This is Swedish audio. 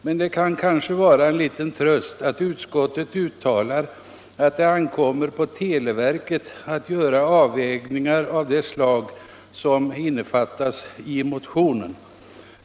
Men det kan kanske vara en liten tröst att utskottet uttalar att det ankommer på televerket att göra avvägningar av det slag som innefattas i motionen.